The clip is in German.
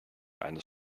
eines